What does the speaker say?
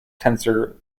tensor